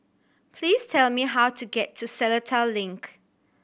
please tell me how to get to Seletar Link